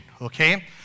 okay